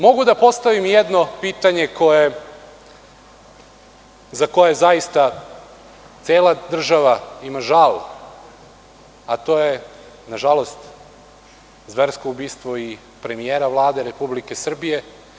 Mogu da postavim i jedno pitanje za koje zaista cela država ima žal, a to je, nažalost, zversko ubistvo i premijera Vlade Republike Srbije.